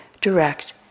direct